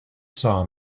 saw